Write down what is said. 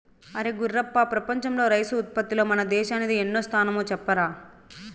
అరే గుర్రప్ప ప్రపంచంలో రైసు ఉత్పత్తిలో మన దేశానిది ఎన్నో స్థానమో చెప్పరా